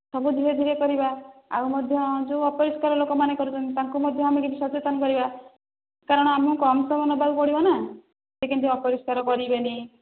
ସବୁ ଧୀରେ ଧୀରେ କରିବା ଆଉ ମଧ୍ୟ ଯଉଁ ଅପରିଷ୍କାର ଲୋକମାନେ କରୁଛନ୍ତି ତାଙ୍କୁ ମଧ୍ୟ ଆମେ କିଛି ସଚେତନ କରିବା କାରଣ ଆମକୁ କମ୍ ସମୟ ନେବାକୁ ପଡ଼ିବନା ସେ କେମିତି ଅପରିଷ୍କାର କରିବେନି